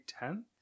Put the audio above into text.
10th